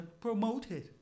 promoted